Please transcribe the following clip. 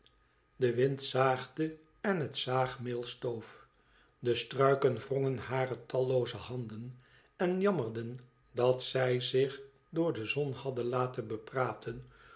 de wind zaagde en het zaagmeel stoof de struiken wrongen hare tallooze handen en jammerden dat zij zich door de zon hadden laten bepraten